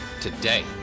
today